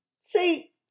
See